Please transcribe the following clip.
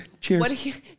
Cheers